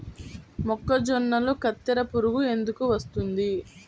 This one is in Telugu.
మొక్కజొన్నలో కత్తెర పురుగు ఎందుకు వస్తుంది?